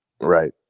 Right